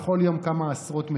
בכל יום כמה עשרות מתים.